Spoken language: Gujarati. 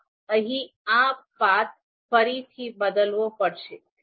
હા અહીં આ પાથ ફરીથી બદલવો પડશે